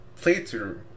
playthrough